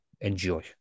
enjoy